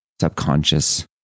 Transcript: subconscious